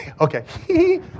Okay